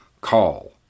call